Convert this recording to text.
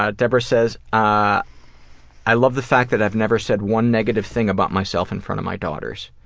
ah debra says ah i love the fact that i've never said one negative thing about myself in front of my daughters.